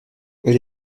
elle